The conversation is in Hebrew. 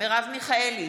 מרב מיכאלי,